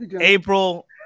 April